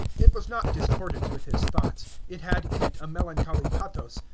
it was not discordant with his thoughts it had in it a melancholy pathos,